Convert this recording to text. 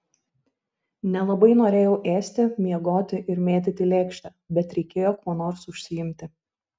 nelabai norėjau ėsti miegoti ir mėtyti lėkštę bet reikėjo kuo nors užsiimti